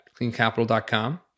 cleancapital.com